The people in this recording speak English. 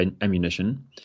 ammunition